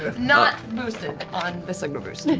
ah not boosted on the signal boost.